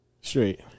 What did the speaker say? Straight